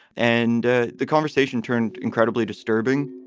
and ah the conversation turned incredibly disturbing